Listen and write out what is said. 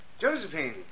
Josephine